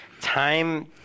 Time